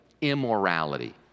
immorality